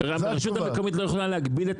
הרשות המקומית לא יכולה להגביל את